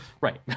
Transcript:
right